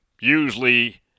Usually